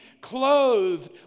clothed